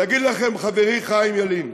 יגיד לכם חברי חיים ילין.